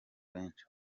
benshi